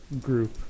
group